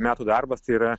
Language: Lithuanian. metų darbas tai yra